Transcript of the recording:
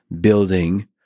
building